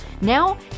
now